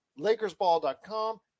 LakersBall.com